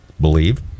believe